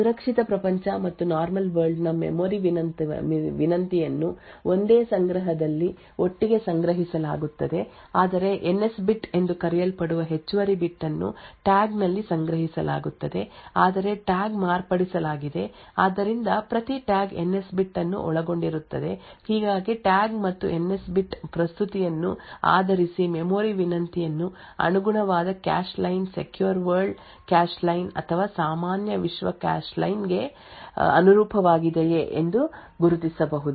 ಸುರಕ್ಷಿತ ಪ್ರಪಂಚ ಮತ್ತು ನಾರ್ಮಲ್ ವರ್ಲ್ಡ್ ನ ಮೆಮೊರಿ ವಿನಂತಿಯನ್ನು ಒಂದೇ ಸಂಗ್ರಹದಲ್ಲಿ ಒಟ್ಟಿಗೆ ಸಂಗ್ರಹಿಸಲಾಗುತ್ತದೆ ಆದರೆ ಎನ್ ಎಸ್ ಬಿಟ್ ಎಂದು ಕರೆಯಲ್ಪಡುವ ಹೆಚ್ಚುವರಿ ಬಿಟ್ ಅನ್ನು ಟ್ಯಾಗ್ ನಲ್ಲಿ ಸಂಗ್ರಹಿಸಲಾಗುತ್ತದೆ ಆದರೆ ಟ್ಯಾಗ್ ಮಾರ್ಪಡಿಸಲಾಗಿದೆ ಆದ್ದರಿಂದ ಪ್ರತಿ ಟ್ಯಾಗ್ NS ಬಿಟ್ ಅನ್ನು ಒಳಗೊಂಡಿರುತ್ತದೆ ಹೀಗಾಗಿ ಟ್ಯಾಗ್ ಮತ್ತು ಎನ್ ಎಸ್ ಬಿಟ್ ಪ್ರಸ್ತುತಿಯನ್ನು ಆಧರಿಸಿ ಮೆಮೊರಿ ವಿನಂತಿಯನ್ನು ಅನುಗುಣವಾದ cache line secure world cache line ಅಥವಾ ಸಾಮಾನ್ಯ ವಿಶ್ವ ಕ್ಯಾಶ್ ಲೈನ್ ಗೆ ಅನುರೂಪವಾಗಿದೆಯೇ ಎಂದು ಗುರುತಿಸಬಹುದು